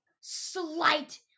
Slight